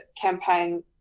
campaign